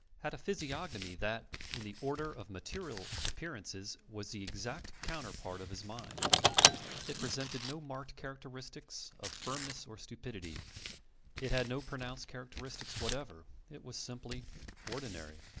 had a physiognomy that, in the order of material appearances, was the exact counterpart of his mind it presented no marked characteristics of firmness or stupidity it had no pronounced characteristics whatever it was simply ordinary,